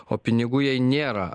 o pinigų jai nėra